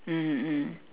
mmhmm mm